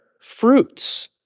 fruits